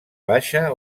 baixa